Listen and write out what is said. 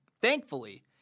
thankfully